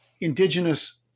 indigenous